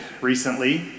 recently